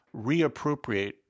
reappropriate